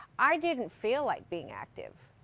i didn't feel like being active.